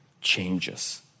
changes